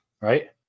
right